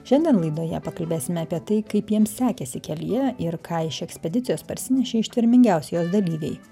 šiandien laidoje pakalbėsime apie tai kaip jiems sekėsi kelyje ir ką iš ekspedicijos parsinešė ištvermingiausi jos dalyviai